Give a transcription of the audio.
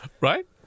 Right